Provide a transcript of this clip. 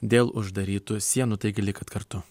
dėl uždarytų sienų taigi likit kartu